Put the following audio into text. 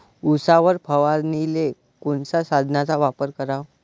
उसावर फवारनीले कोनच्या साधनाचा वापर कराव?